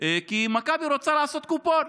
כי מכבי רוצה לעשות קופון.